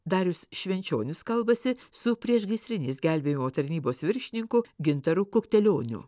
darius švenčionis kalbasi su priešgaisrinės gelbėjimo tarnybos viršininku gintaru kuktelioniu